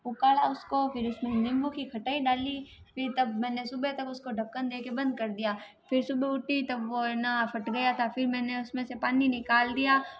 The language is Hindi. उकाला उसको फ़िर उसमें नींबू की खटाई डाली फ़िर तब मैंने सुबह तक उसको ढक्कन देके बंद कर दिया फ़िर सुबह उठी तब वो है ना फट गया था फ़िर मैंने उसमें से पानी निकाल दिया